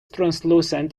translucent